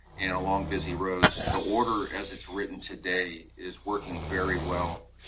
and along busy roads, the order as it's written today is working very well,